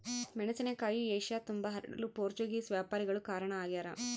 ಮೆಣಸಿನಕಾಯಿ ಏಷ್ಯತುಂಬಾ ಹರಡಲು ಪೋರ್ಚುಗೀಸ್ ವ್ಯಾಪಾರಿಗಳು ಕಾರಣ ಆಗ್ಯಾರ